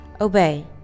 Obey